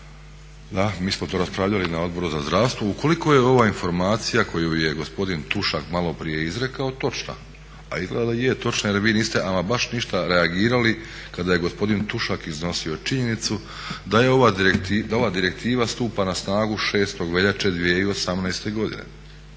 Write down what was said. da mi smo to raspravljali na Odboru za zdravstvo. Ukoliko je ova informacija koju je gospodin Tušak maloprije izrekao točna, a izgleda da je točna jer vi niste ama baš ništa reagirali kada je gospodin Tušak iznosio činjenicu da ova direktiva stupa na snagu 6. veljače 2018. godine.